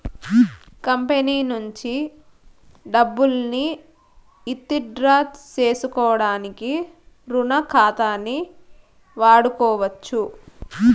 company నుంచి డబ్బుల్ని withdraw సేసుకోడానికి రుణ ఖాతాని వాడుకోవచ్చు